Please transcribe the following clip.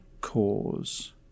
cause